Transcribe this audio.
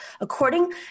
According